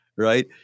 right